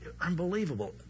unbelievable